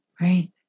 Right